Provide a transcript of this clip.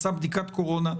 עשה בדיקת קורונה,